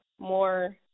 more